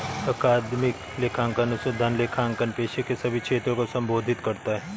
अकादमिक लेखांकन अनुसंधान लेखांकन पेशे के सभी क्षेत्रों को संबोधित करता है